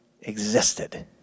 existed